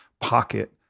pocket